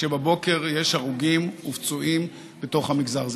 כשבבוקר יש הרוגים ופצועים בתוך המגזר הזה.